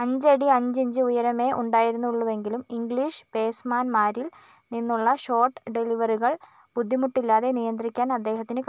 അഞ്ചടി അഞ്ചിഞ്ച് ഉയരമേ ഉണ്ടായിരുന്നുള്ളൂവെങ്കിലും ഇംഗ്ലീഷ് പേസ്മാൻമാരിൽ നിന്നുള്ള ഷോർട്ട് ഡെലിവറികൾ ബുദ്ധിമുട്ടില്ലാതെ നിയന്ത്രിക്കാൻ അദ്ദേഹത്തിന് കഴിഞ്ഞു